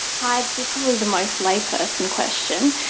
hi, this is probably the most layperson question,